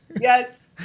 Yes